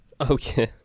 okay